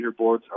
leaderboards